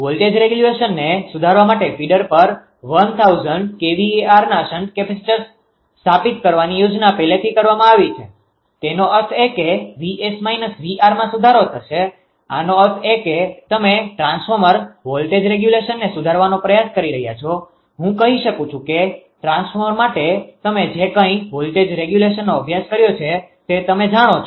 voltage રેગ્યુલેશનને સુધારવા માટે ફીડર પર 1000 kVArના શન્ટ કેપેસિટર્સ સ્થાપિત કરવાની યોજના પહેલેથી કરવામાં આવી છે તેનો અર્થ એ કે 𝑉𝑠−𝑉𝑟માં સુધારો થશે આનો અર્થ એ કે તમે ટ્રાન્સફોર્મર વોલ્ટેજ રેગ્યુલેશનને સુધારવાનો પ્રયાસ કરી રહ્યા છો હું કહી શકું છું કે ટ્રાન્સફોર્મર માટે તમે જે કંઇ વોલ્ટેજ રેગ્યુલેશનનો અભ્યાસ કર્યો છે તમે જાણો છો